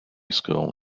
school